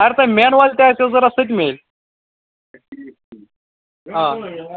اگر تُہۍ مینول تہِ آسٮ۪وٕ ضروٗرت سُہ تہِ میٚلہِ آ